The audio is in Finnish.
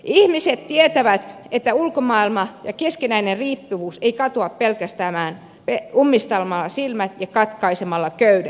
ihmiset tietävät että ulkomaailma ja keskinäinen riippuvuus ei katoa pelkästään ummistamalla silmät ja katkaisemalla köydet